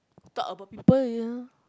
talk about people ya